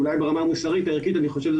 אולי ברמה המוסרית-ערכית אני חושב שזה